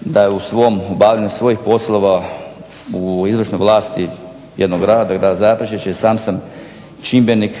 da u svom obavljanju poslova u izvršnoj vlasti jednog grada, grada Zaprešića i sam sam čimbenik